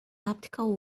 optical